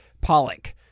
Pollock